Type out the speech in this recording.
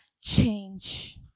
change